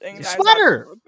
sweater